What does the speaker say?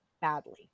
badly